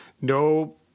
no